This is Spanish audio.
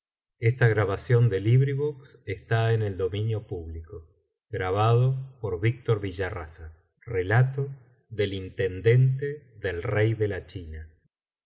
de en el relato del intendente del rey de la chuta